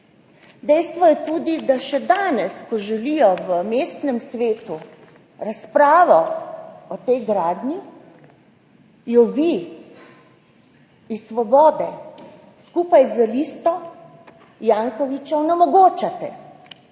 Dejstvo je tudi, da še danes, ko želijo v mestnem svetu razpravo o tej gradnji, jo vi iz Svobode skupaj z Listo Zorana Jankovića onemogočate.